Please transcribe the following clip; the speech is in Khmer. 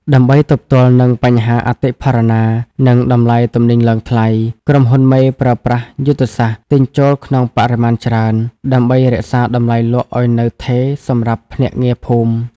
ដើម្បីទប់ទល់នឹង "បញ្ហាអតិផរណា និងតម្លៃទំនិញឡើងថ្លៃ" ក្រុមហ៊ុនមេប្រើប្រាស់យុទ្ធសាស្ត្រ "ទិញចូលក្នុងបរិមាណច្រើន" ដើម្បីរក្សាតម្លៃលក់ឱ្យនៅថេរសម្រាប់ភ្នាក់ងារភូមិ។